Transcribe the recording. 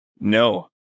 no